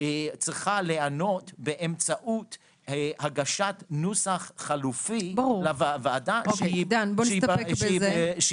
צריכה להיענות באמצעות הגשת נוסח חלופי לוועדה שייבחן.